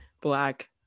black